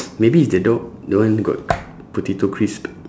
maybe it's the dog the one got potato crisp